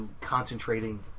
concentrating